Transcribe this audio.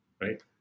Right